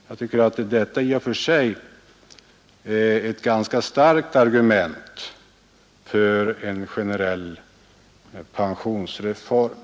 Jag tycker att detta i och för sig är ett ganska starkt argument för en generell pensionsreform.